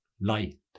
light